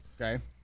Okay